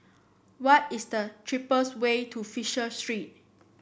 what is the cheapest way to Fisher Street